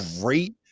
great